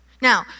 Now